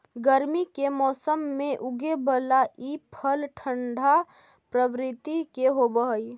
गर्मी के मौसम में उगे बला ई फल ठंढा प्रवृत्ति के होब हई